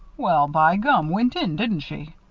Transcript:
well, by gum, went in, didn't she?